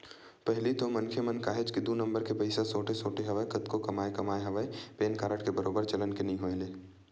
पहिली तो मनखे मन काहेच के दू नंबर के पइसा सोटे सोटे हवय कतको कमाए कमाए हवय पेन कारड के बरोबर चलन के नइ होय ले